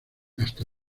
hasta